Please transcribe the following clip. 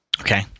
Okay